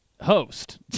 Host